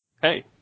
Hey